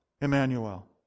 Emmanuel